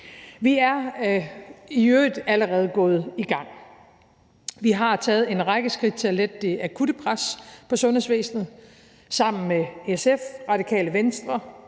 Vi er i øvrigt allerede gået i gang. Vi har taget en række skridt til at lette det akutte pres på sundhedsvæsenet. Sammen med SF, Radikale Venstre,